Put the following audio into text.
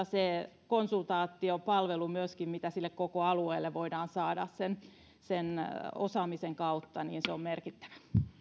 se konsultaatiopalvelu mitä sille koko alueelle voidaan saada sen sen osaamisen kautta on merkittävä